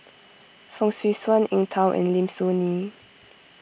Fong Swee Suan Eng Tow and Lim Soo Ngee